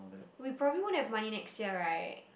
we probably won't have money next year right